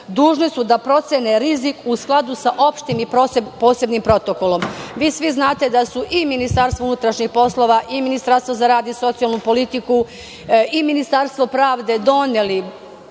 dužne su da procene rizik, u skladu sa opštim i posebnim protokolom. Vi svi znate da su i Ministarstvo unutrašnjih poslova i Ministarstvo za rad i socijalnu politiku i Ministarstvo pravde doneli,